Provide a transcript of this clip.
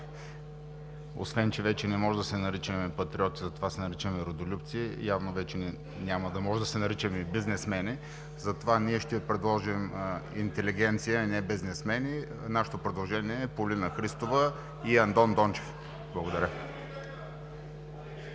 Освен че вече не може да се наричаме „патриоти“, затова се наричаме „родолюбци“, но вече няма да може да се наричаме и „бизнесмени“. Затова ние ще предложим интелигенция, а не бизнесмени и нашето предложение е Полина Христова и Андон Дончев. Благодаря.